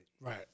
Right